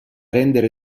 rendere